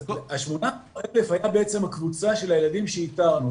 אז ה-18,000 היו בעצם הקבוצה של הילדים שאיתרנו.